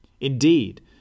Indeed